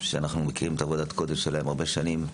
שאנחנו מכירים את עבודת הקודש שלהם הרבה שנים,